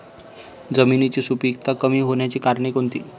जमिनीची सुपिकता कमी होण्याची कारणे कोणती?